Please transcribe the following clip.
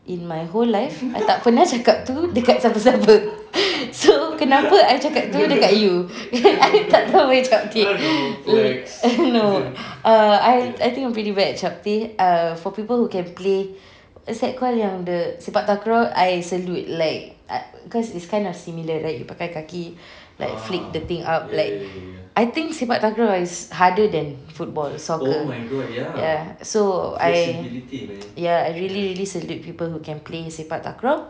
in my whole life I tak pernah cakap tu dekat siapa-siapa so kenapa I cakap tu dekat you I tak tahu main chapteh no err I I think I'm pretty bad at chapteh err for people who can play what's that called yang the sepak takraw I salute like cause it's kind of similar right you pakai kaki like flick the thing up like I think sepak takraw is harder than football or soccer ya so I ya I really really salute people who can play sepak takraw